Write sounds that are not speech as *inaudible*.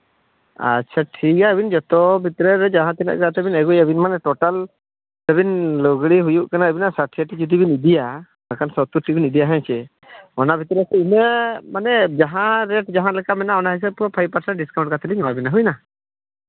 ᱟᱪᱪᱷᱟ ᱴᱷᱤᱠ ᱜᱮᱭᱟ ᱟᱹᱵᱤᱱ ᱡᱚᱛᱚ ᱠᱷᱮᱛᱨᱮ ᱨᱮ ᱡᱟᱦᱟᱸ ᱛᱤᱱᱟᱹᱜ ᱜᱟᱱ ᱵᱤᱱ ᱟᱹᱜᱩᱭᱟ ᱴᱳᱴᱟᱞ ᱞᱩᱜᱽᱲᱤᱡ ᱦᱩᱭᱩᱜ ᱠᱟᱱᱟ ᱟᱹᱵᱤᱱᱟᱜ *unintelligible* ᱡᱩᱫᱤ ᱵᱮᱱ ᱤᱫᱤᱭᱟ ᱮᱱᱠᱷᱟᱱ ᱥᱚᱛᱚᱨᱴᱤ ᱵᱮᱱ ᱤᱫᱤᱭᱟ ᱦᱮᱸᱪᱮ ᱚᱱᱟ ᱵᱷᱤᱛᱨᱤ ᱨᱮ ᱛᱤᱱᱟᱹᱜ ᱢᱟᱱᱮ ᱡᱟᱦᱟᱸᱨᱮ ᱡᱟᱦᱟᱸ ᱞᱮᱠᱟ ᱢᱮᱱᱟᱜᱼᱟ ᱚᱱᱟ ᱦᱤᱥᱟᱹᱵᱽ ᱛᱮᱦᱚᱸ ᱯᱷᱟᱭᱤᱵᱷ ᱯᱟᱨᱥᱮᱱᱴ ᱰᱤᱥᱠᱟᱣᱩᱱᱴ ᱠᱟᱛᱮᱫ ᱞᱤᱧ ᱮᱢᱟ ᱵᱤᱱᱟ ᱦᱩᱭᱱᱟ